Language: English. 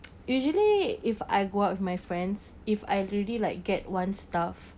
usually if I go out with my friends if I really like get one stuff